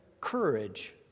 courage